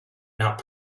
not